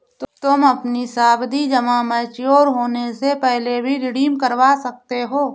तुम अपनी सावधि जमा मैच्योर होने से पहले भी रिडीम करवा सकते हो